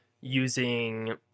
using